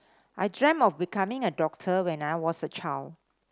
I dreamt of becoming a doctor when I was a child